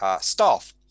staff